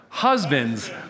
Husbands